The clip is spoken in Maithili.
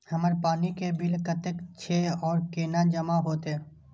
हमर पानी के बिल कतेक छे और केना जमा होते?